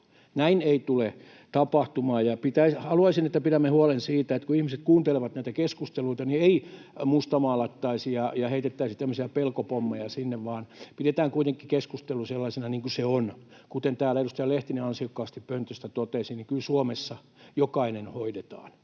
näin ei tule tapahtumaan. Ja haluaisin, että pidämme huolen siitä, kun ihmiset kuuntelevat näitä keskusteluita, että ei mustamaalattaisi ja heitettäisi tämmöisiä pelkopommeja sinne vaan pidettäisiin kuitenkin keskustelussa asia sellaisena kuin se on. Kuten täällä edustaja Lehtinen ansiokkaasti pöntöstä totesi, niin kyllä Suomessa jokainen hoidetaan,